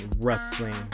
wrestling